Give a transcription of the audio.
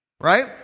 right